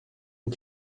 und